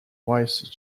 wise